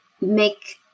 make